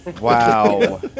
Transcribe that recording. Wow